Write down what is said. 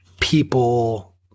people